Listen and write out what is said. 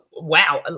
wow